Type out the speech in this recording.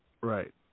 Right